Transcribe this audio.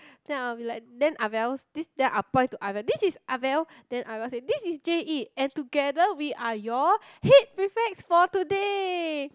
then I'll be like then Ah Vals this then I point to Ah Val this is Ah Val then Ah Val say this is J_E and together we are your head prefects for today